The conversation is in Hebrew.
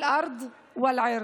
אל ארד ואל ערד.